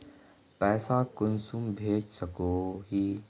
पैसा कुंसम भेज सकोही?